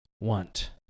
want